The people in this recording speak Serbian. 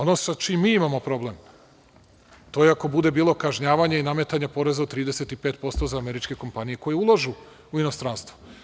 Ono sa čim mi imamo problem, to je ako bude bilo kažnjavanja i nametanja poreza od 35% za američke kompanije koje ulažu u inostranstvo.